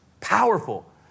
Powerful